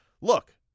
look